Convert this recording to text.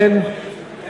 אין.